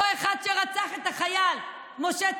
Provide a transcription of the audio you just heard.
אותו אחד שרצח את החייל משה תמם?